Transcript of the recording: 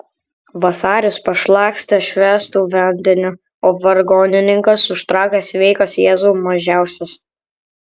vasaris pašlakstė švęstu vandeniu o vargonininkas užtraukė sveikas jėzau mažiausias